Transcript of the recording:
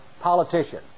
politician